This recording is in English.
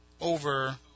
over